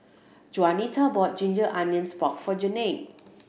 Juanita bought ginger onions pork for Janay